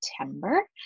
September